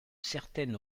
certaine